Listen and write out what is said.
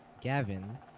Gavin